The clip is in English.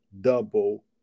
double